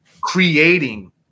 creating